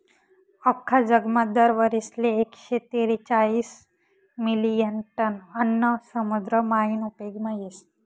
आख्खा जगमा दर वरीसले एकशे तेरेचायीस मिलियन टन आन्न समुद्र मायीन उपेगमा येस